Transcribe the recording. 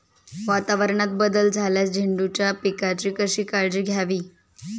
वातावरणात बदल झाल्यास झेंडूच्या पिकाची कशी काळजी घ्यावी?